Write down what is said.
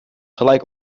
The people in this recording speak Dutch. gelijk